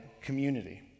community